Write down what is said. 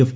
F